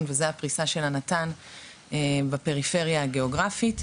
והוא הפריסה של הנט"ן בפריפריה הגיאוגרפית.